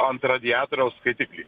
ant radiatoriaus skaitiklį